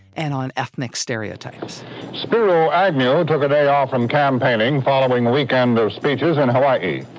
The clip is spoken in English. and on ethnic stereotypes spiro agnew took a day off from campaigning following a weekend of speeches in hawaii.